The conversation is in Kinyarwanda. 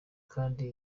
kandi